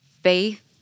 faith